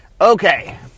Okay